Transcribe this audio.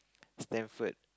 Stanford